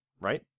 right